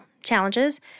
challenges